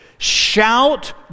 Shout